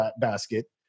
basket